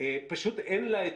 פשוט אין לה את